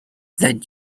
that